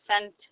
sent